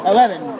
Eleven